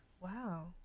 Wow